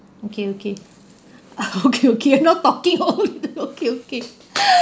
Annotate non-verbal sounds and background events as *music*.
okay okay *laughs* okay okay I'm not talking okay okay *laughs*